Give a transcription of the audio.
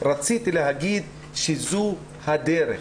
רציתי להגיד שזו הדרך.